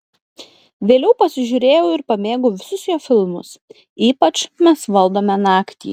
vėliau pasižiūrėjau ir pamėgau visus jo filmus ypač mes valdome naktį